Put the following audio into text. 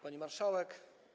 Pani Marszałek!